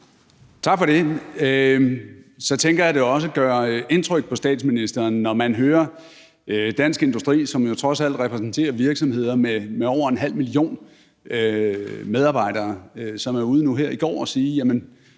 Tak for det. Så tænker jeg, at det også gør indtryk på statsministeren, når man hører Dansk Industri, som jo trods alt repræsenterer virksomheder med over en halv million medarbejdere, som var ude nu her i går at sige,